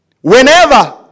whenever